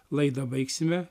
laidą baigsime